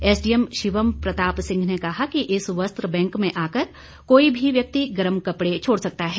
S DM Shivam Pratap Singh ने कहा कि इस वस्त्र बैंक में आकर कोई भी व्यक्ति गर्म कपड़े छोड़ सकता है